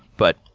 but,